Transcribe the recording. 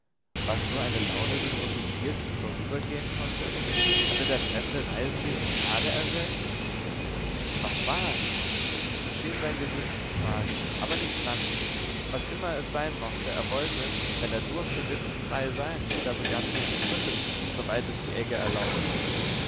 es nur eine laune des offiziers die vorübergehen konnte hatte der fremde reisende ihm gnade erwirkt was war es so schien sein gesicht zu fragen aber nicht lange was immer es sein mochte er wollte wenn er durfte wirklich frei sein und er begann sich zu rütteln soweit es die egge erlaubte